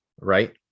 right